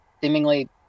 seemingly